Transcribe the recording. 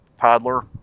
toddler